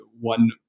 one